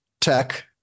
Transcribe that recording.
tech